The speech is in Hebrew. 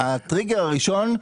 הטריגר הראשון,